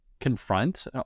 confront